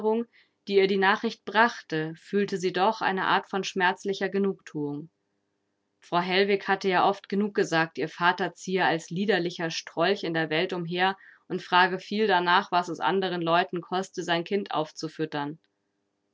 die ihr die nachricht brachte fühlte sie doch eine art von schmerzlicher genugtuung frau hellwig hatte ja oft genug gesagt ihr vater ziehe als liederlicher strolch in der welt umher und frage viel danach was es anderen leuten koste sein kind aufzufüttern